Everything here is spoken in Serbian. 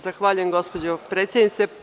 Zahvaljujem, gospođo predsednice.